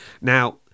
now